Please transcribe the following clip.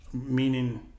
meaning